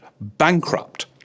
bankrupt